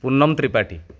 Punam Tripathi